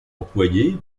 employé